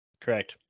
Correct